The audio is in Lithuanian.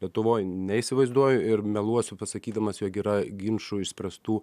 lietuvoj neįsivaizduoju ir meluosiu pasakydamas jog yra ginčų išspręstų